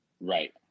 Right